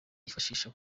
yifashisha